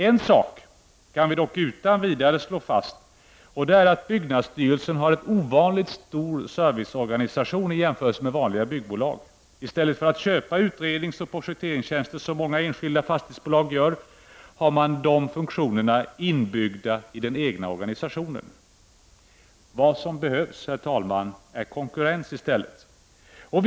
En sak kan vi dock utan vidare slå fast, och det är att byggnadsstyrelsen i jämförelse med vanliga byggbolag har en ovanligt stor serviceorganisation. I stället för att köpa utredningsoch projekteringstjänster, som många enskilda fastighetsbolag gör, har man dessa funktioner inbyggda i den egna organisationen. Vad som behövs, herr talman, är i stället konkurrens.